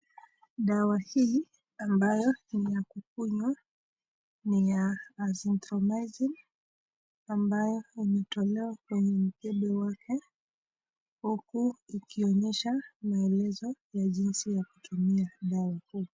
Dawa hii ambayo ni ya kukunywa ni ya azenthromyzine ambayo inatolewa kwa mkebe wake huku ikionyesha maelezo ya jinsi ya kutumia dawa hii.